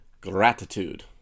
Gratitude